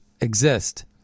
exist